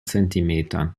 zentimetern